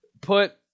Put